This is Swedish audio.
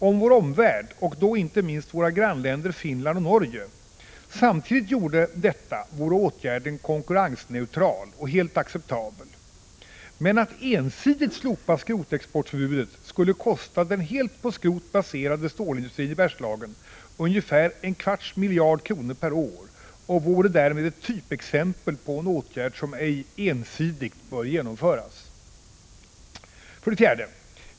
Om vår omvärld — och då inte minst våra grannländer Finland och Norge — samtidigt gjorde detta vore åtgärden konkurrensneutral och helt acceptabel. Men att ensidigt slopa skrotexportförbudet skulle kosta den helt på skrot baserade stålindustrin i Bergslagen ungefär en kvarts miljard kronor per år och är därmed ett typexempel på en åtgärd som ej ensidigt bör genomföras. 4.